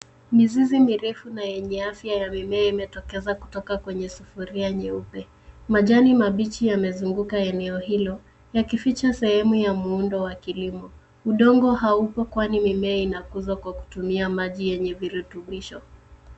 Mizizi mirefu na yenye afia ya mimea imetokeza kutoka kwenye sufuria nyeupe. Majani mabichi yamezunguka eneo hilo yakificha sehemu ya muundo wa kilimo. Udongo haupo kwani mimea inakuzwa kwa kutumia maji yenye virutubisho.